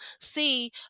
see